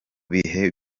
bihe